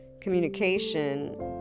communication